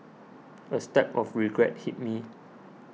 a stab of regret hit me